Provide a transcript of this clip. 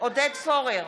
עודד פורר,